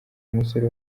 umusore